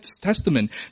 Testament